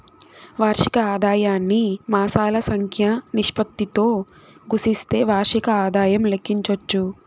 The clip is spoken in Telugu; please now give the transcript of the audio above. వార్షిక ఆదాయాన్ని మాసాల సంఖ్య నిష్పత్తితో గుస్తిస్తే వార్షిక ఆదాయం లెక్కించచ్చు